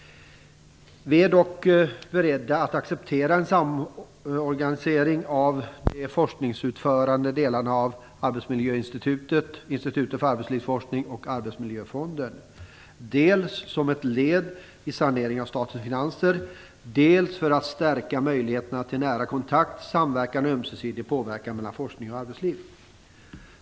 Vi är dock beredda att acceptera en samorganisering av de forskningsutförande delarna av Arbetsmiljöinstitutet, Institutet för arbetslivsforskning och Arbetsmiljöfonden dels som ett led i saneringen av statens finanser, dels för att stärka möjligheterna till nära kontakt, samverkan och ömsesidig påverkan mellan forskning och arbetsliv.